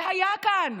זה היה כאן.